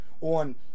on